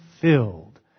filled